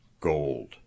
Gold